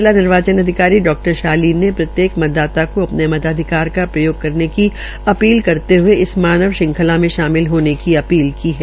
जिला निर्वाचन अधिकारी डा शालीन ने प्रत्येक के मतदाता को अपने मताधिकार का प्रयोग करने की अपील करते हये इस मानव श्रंखला में शामिल होने की अपील की है